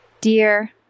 Dear